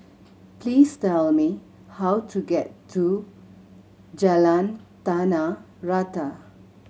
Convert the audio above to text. please tell me how to get to Jalan Tanah Rata